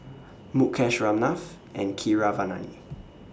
Mukesh Ramnath and Keeravani